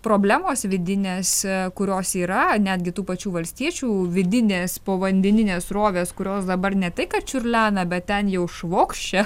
problemos vidinės kurios yra netgi tų pačių valstiečių vidinės povandeninės srovės kurios dabar ne tai kad čiurlena bet ten jau švokščia